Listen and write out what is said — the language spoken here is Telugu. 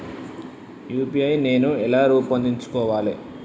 యూ.పీ.ఐ నేను ఎలా రూపొందించుకోవాలి?